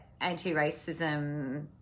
anti-racism